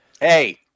Hey